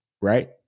Right